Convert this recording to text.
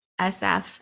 sf